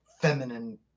feminine